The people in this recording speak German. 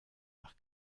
nach